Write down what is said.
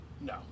No